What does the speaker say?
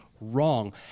wrong